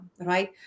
right